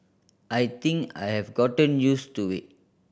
I think I have gotten used to it